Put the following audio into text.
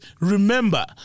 remember